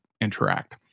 interact